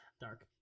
Dark